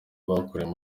bakoreye